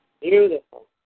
Beautiful